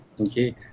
okay